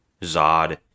Zod